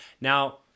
Now